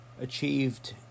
achieved